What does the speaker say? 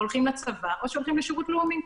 הולכים לצבא או שהולכים לשירות לאומי.